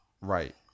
right